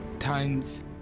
times